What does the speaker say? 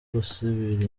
gusubira